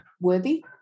Worthy